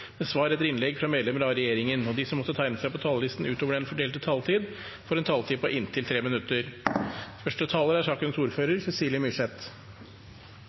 med svar etter innlegg fra medlemmer av regjeringen, og de som måtte tegne seg på talerlisten utover den fordelte taletid, får en taletid på inntil 3 minutter. Jeg er